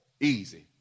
Easy